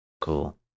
cool